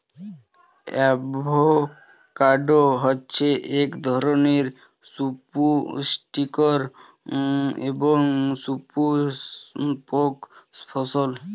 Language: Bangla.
অ্যাভোকাডো হচ্ছে এক ধরনের সুপুস্টিকর এবং সুপুস্পক ফল